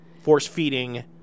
force-feeding